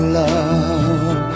love